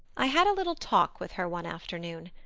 i had a little talk with her one afternoon.